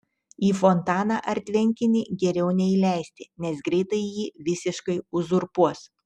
į fontaną ar tvenkinį geriau neįleisti nes greitai jį visiškai uzurpuos